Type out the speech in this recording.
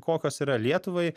kokios yra lietuvai